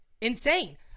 insane